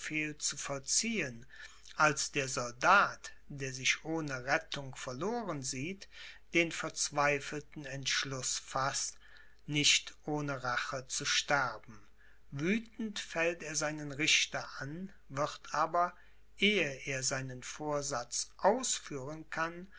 zu vollziehen als der soldat der sich ohne rettung verloren sieht den verzweifelten entschluß faßt nicht ohne rache zu sterben wüthend fällt er seinen richter an wird aber ehe er seinen vorsatz ausführen kann